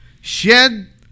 shed